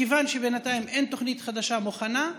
מכיוון שבינתיים אין תוכנית חדשה מוכנה,